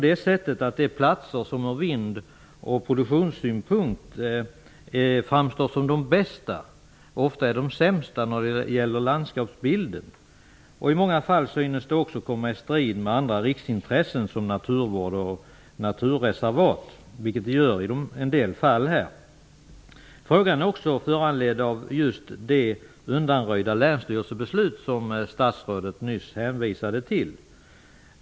De platser som från vind och produktionssynpunkt framstår som de bästa är ofta de sämsta när det gäller landskapsbilden. I många fall synes vindkraftverken också strida mot andra riksintressen såsom naturvård och naturreservat. Frågan är också föranledd av det undanröjda länsstyrelsebeslut som statsrådet nyss hänvisade till.